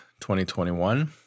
2021